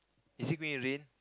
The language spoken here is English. is it going to rain